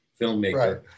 filmmaker